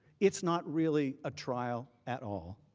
it is not really a trial at all.